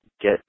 get